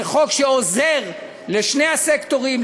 זה חוק שעוזר לשני הסקטורים,